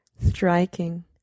striking